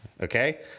Okay